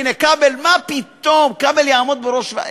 הנה, כבל, מה פתאום, כבל יעמוד בראש ועדה?